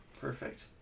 perfect